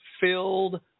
filled